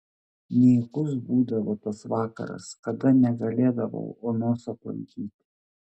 nykus būdavo tas vakaras kada negalėdavau onos aplankyti